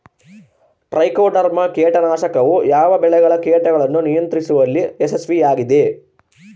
Trichoderma ಕೇಟನಾಶಕವು ಯಾವ ಬೆಳೆಗಳ ಕೇಟಗಳನ್ನು ನಿಯಂತ್ರಿಸುವಲ್ಲಿ ಯಶಸ್ವಿಯಾಗಿದೆ?